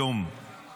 אני היום ערכתי,